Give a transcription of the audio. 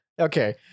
Okay